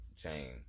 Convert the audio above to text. chain